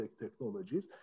technologies